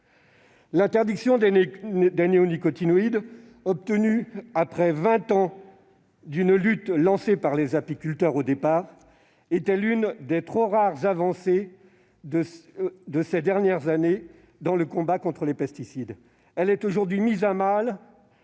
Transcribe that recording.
L'interdiction des néonicotinoïdes, obtenue après vingt ans d'une lutte lancée par les apiculteurs, était l'une des trop rares avancées des dernières années dans le combat contre les pesticides. Elle est aujourd'hui mise à mal